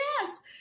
yes